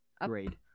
Upgrade